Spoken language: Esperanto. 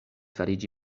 fariĝi